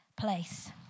place